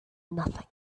nothing